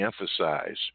emphasize